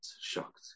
shocked